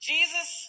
Jesus